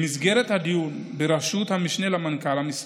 במסגרת הדיון בראשות המשנה למנכ"ל המשרד,